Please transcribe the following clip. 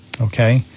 Okay